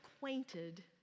acquainted